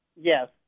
Yes